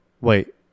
wait